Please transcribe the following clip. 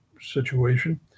situation